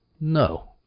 No